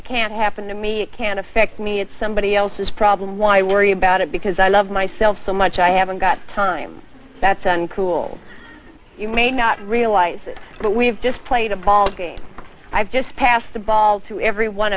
it can happen to me it can affect me it's somebody else's problem why worry about it because i love myself so much i haven't got time that's cool you may not realize it but we've just played a ball game i've just passed the ball to every one